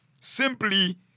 simply